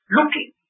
Looking